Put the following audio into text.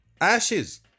ashes